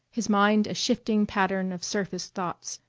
his mind a shifting pattern of surface thoughts,